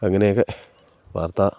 അങ്ങനെയൊക്കെ വാർത്താ